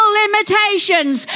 limitations